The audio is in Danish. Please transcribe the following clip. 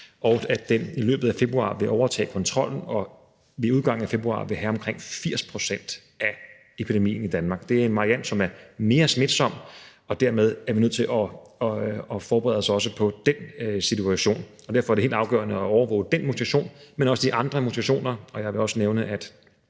og at den i løbet af februar vil overtage kontrollen og ved udgangen af februar vil udgøre omkring 80 pct. af epidemien i Danmark. Det er en variant, som er mere smitsom, og dermed er vi nødt til også at forberede os på den situation, og derfor er det helt afgørende at overvåge den mutation, men også de andre mutationer, og jeg vil også nævne, at